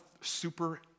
super